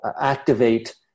activate